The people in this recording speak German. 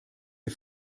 ihr